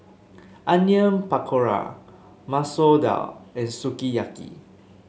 Onion Pakora Masoor Dal and Sukiyaki